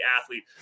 athlete